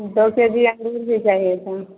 दो K G अंगूर भी चाहिए था